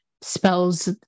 spells